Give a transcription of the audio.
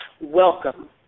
welcome